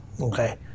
Okay